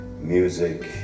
music